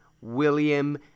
William